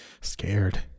scared